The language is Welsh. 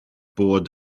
bod